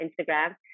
Instagram